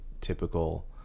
typical